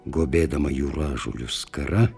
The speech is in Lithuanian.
gobėdama jūražolių skara